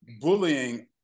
bullying